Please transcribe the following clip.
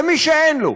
למי שאין לו,